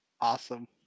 Awesome